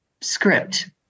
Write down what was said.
script